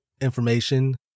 information